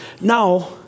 Now